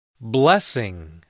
blessing